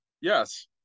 Yes